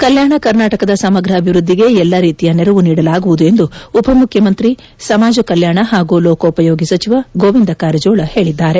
ಕಲ್ಯಾಣ ಕರ್ನಾಟಕದ ಸಮಗ್ರ ಅಭಿವೃದ್ದಿಗೆ ಎಲ್ಲ ರೀತಿಯ ನೆರವು ನೀಡಲಾಗುವುದು ಎಂದು ಉಪಮುಖ್ಯಮಂತ್ರಿ ಸಮಾಜ ಕಲ್ಯಾಣ ಹಾಗೂ ಲೋಕೋಪಯೋಗಿ ಸಚಿವ ಗೋವಿಂದ ಕಾರಜೋಳ ಹೇಳಿದ್ದಾರೆ